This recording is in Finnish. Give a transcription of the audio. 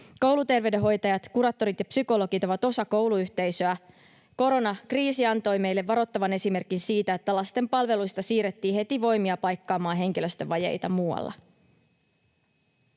Kouluterveydenhoitajat, kuraattorit ja psykologit ovat osa kouluyhteisöä. Koronakriisi antoi meille varoittavan esimerkin siitä, että lasten palveluista siirrettiin heti voimia paikkaamaan henkilöstövajeita muualla.